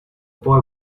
boy